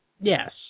Yes